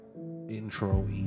Intro